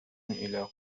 إلى